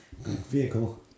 vehicle